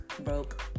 broke